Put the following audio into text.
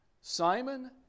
Simon